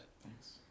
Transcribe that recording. thanks